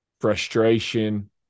frustration